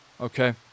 Okay